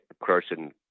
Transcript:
person